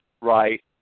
right